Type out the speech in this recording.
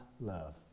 love